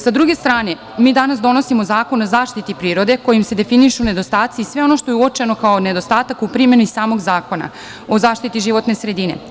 Sa druge strane, mi danas donosimo Zakon o zaštiti prirode kojim se definišu nedostaci i sve ono što je uočeno kao nedostatak u primeni samog Zakona o zaštiti životne sredine.